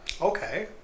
Okay